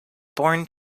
born